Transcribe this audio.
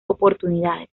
oportunidades